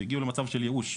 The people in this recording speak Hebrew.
והגיעו למצב של ייאוש.